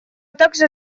также